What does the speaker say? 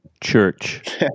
Church